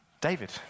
David